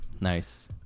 nice